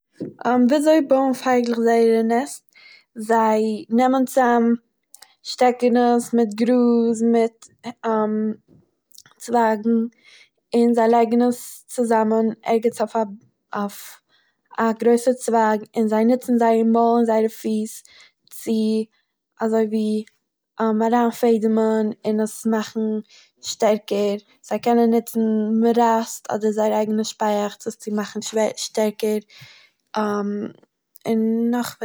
וויזוי בויען פייגלעך זייער נעסט, זיי נעמען צאם שטעקענס מיט גראז מיט צווייגן און זיי לייגן עס צוזאמען ערגעץ אויף א אויף א גרויסע צווייג און זיי נוצן זייער מויל און זייער פיס צו... אזוי ווי אריינפעדעמען און עס מאכן שטערקער, זיי קענען נוצן מאראסט אדער זייער אייגענע שפייעכטס עס צו מאכן שטערקער און נאך...